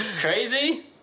Crazy